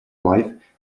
wife